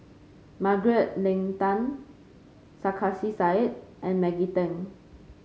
Margaret Leng Tan Sarkasi Said and Maggie Teng